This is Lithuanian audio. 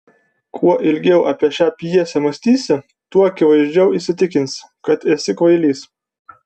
kuo ilgiau apie šią pjesę mąstysi tuo akivaizdžiau įsitikinsi kad esi kvailys